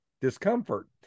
discomfort